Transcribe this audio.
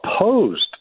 opposed